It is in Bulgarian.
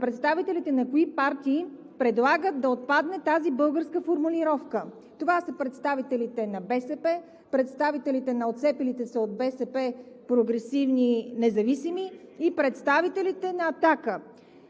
представителите на кои партии предлагат да отпадне тази българска формулировка. Това са представителите на БСП, представителите на отцепилите се от БСП прогресивни независими, и представителите на „Атака“.